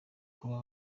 kuba